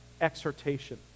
exhortation